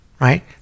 Right